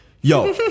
Yo